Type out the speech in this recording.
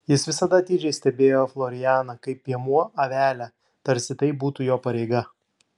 jis visada atidžiai stebėjo florianą kaip piemuo avelę tarsi tai būtų jo pareiga